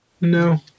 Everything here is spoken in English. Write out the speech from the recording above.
No